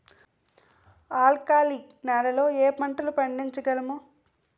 ఆల్కాలిక్ నెలలో ఏ పంటలు పండించగలము?